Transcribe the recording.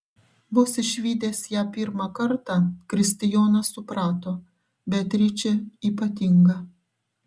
vos išvydęs ją pirmą kartą kristijonas suprato beatričė ypatinga